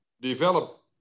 develop